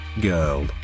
girl